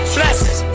Blessings